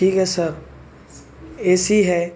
ٹھیک ہے sir A C ہے